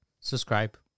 subscribe